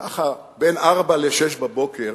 ככה, בין 04:00 ל-06:00,